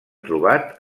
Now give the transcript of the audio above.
trobat